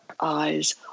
eyes